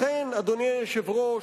לכן, אדוני היושב-ראש,